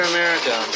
America